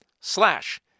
slash